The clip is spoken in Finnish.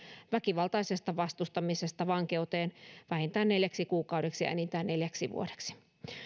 väkivaltaisesta vastustamisesta vankeuteen vähintään neljäksi kuukaudeksi ja enintään neljäksi vuodeksi